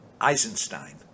Eisenstein